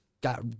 got